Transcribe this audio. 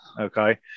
Okay